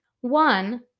One